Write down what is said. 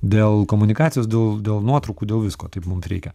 dėl komunikacijos dėl dėl nuotraukų dėl visko taip mum reikia